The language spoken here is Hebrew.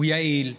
הוא יעיל,